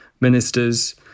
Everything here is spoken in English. ministers